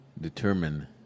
determine